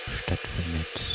stattfindet